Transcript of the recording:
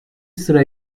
sıra